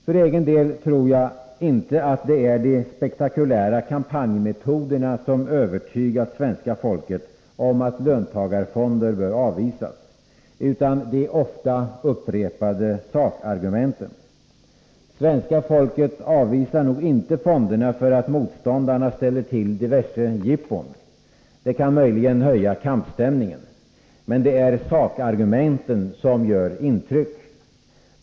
För egen del tror jag inte det är de spektakulära kampanjmetoderna som övertygat svenska folket om att löntagarfonder bör avvisas, utan det ofta upprepade sakargumenten. Svenska folket avvisar nog inte fonderna för att motståndarna ställer till diverse jippon. Det kan möjligen höja kampstämmningen, men det är sakargumenten som gör intryck.